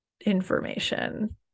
information